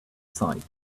sight